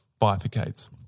bifurcates